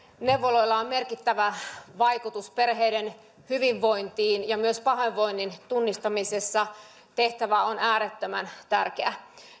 neuvoloilla on merkittävä vaikutus perheiden hyvinvointiin ja myös pahoinvoinnin tunnistamisessa tehtävä on äärettömän tärkeä